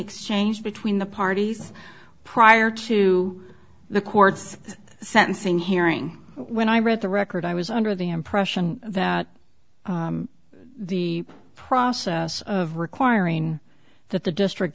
exchanged between the parties prior to the courts sentencing hearing when i read the record i was under the impression that the process of requiring that the district